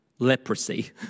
leprosy